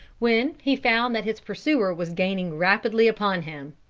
when he found that his pursuer was gaining rapidly upon him.